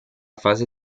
fase